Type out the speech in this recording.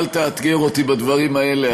אל תאתגר אותי בדברים האלה.